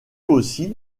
aussi